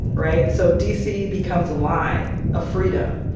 right? so d c. becomes a line of freedom.